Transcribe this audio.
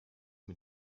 mit